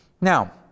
Now